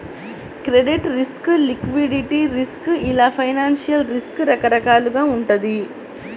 credit risk, liquidity risk ఇలా financial risk రకరకాలుగా వుంటది